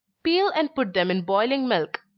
peel and put them in boiling milk,